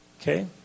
Okay